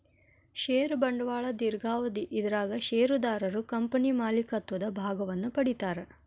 ಷೇರ ಬಂಡವಾಳ ದೇರ್ಘಾವಧಿ ಇದರಾಗ ಷೇರುದಾರರು ಕಂಪನಿ ಮಾಲೇಕತ್ವದ ಭಾಗವನ್ನ ಪಡಿತಾರಾ